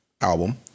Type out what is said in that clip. album